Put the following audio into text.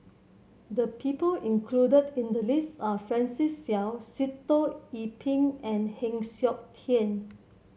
the people included in the list are Francis Seow Sitoh Yih Pin and Heng Siok Tian